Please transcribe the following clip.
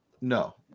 no